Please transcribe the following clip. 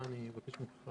אני מבקש ממך